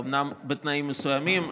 אומנם בתנאים מסוימים,